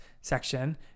section